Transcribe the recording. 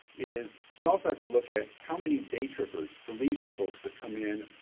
is we also have to look at how many day trippers the leisure folks that come in.